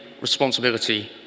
responsibility